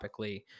topically